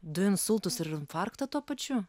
du insultus ir infarktą tuo pačiu